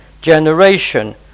generation